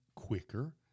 Quicker